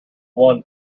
one